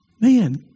Man